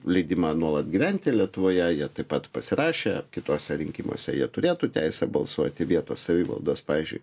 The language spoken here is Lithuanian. leidimą nuolat gyventi lietuvoje jie taip pat pasirašė kituose rinkimuose jie turėtų teisę balsuoti vietos savivaldos pavyzdžiui